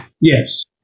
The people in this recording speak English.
Yes